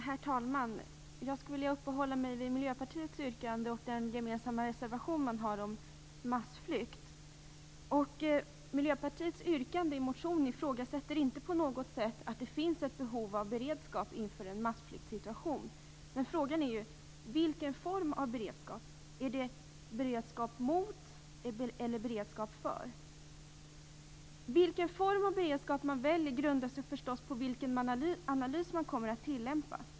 Herr talman! Jag skulle vilja uppehålla mig vid Miljöpartiets yrkande och den gemensamma reservation som finns om massflykt. Miljöpartiet ifrågasätter inte i motionen på något sätt att det finns ett behov av beredskap inför en massflyktssituation. Men frågan är ju vilken form av beredskap som behövs. Är det en beredskap "mot" eller en beredskap "för"? Vilken form av beredskap man väljer grundar sig förstås på vilken analys man kommer att tillämpa.